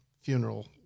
funeral